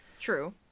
True